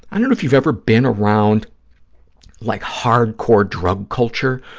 i don't know if you've ever been around like hard-core drug culture,